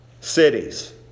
cities